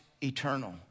eternal